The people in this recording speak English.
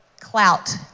clout